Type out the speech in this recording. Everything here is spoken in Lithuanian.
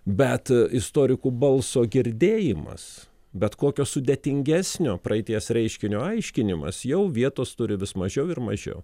bet istorikų balso girdėjimas bet kokio sudėtingesnio praeities reiškinio aiškinimas jau vietos turi vis mažiau ir mažiau